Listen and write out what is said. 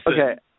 Okay